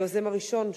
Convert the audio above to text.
היוזם הראשון,